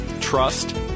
trust